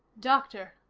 doctor,